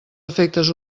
efectes